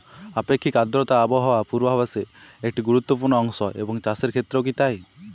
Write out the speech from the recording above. আপেক্ষিক আর্দ্রতা আবহাওয়া পূর্বভাসে একটি গুরুত্বপূর্ণ অংশ এবং চাষের ক্ষেত্রেও কি তাই?